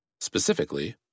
Specifically